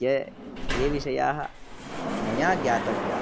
ये ये विषयाः मया ज्ञातव्याः